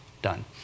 done